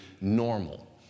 normal